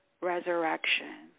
resurrection